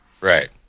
Right